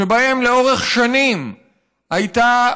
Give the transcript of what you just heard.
שבהן לאורך שנים הייתה